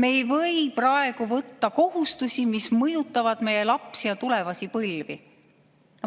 me ei või praegu võtta kohustusi, mis mõjutavad meie lapsi ja tulevasi põlvi.